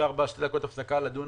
בשעה 17:28 ונתחדשה בשעה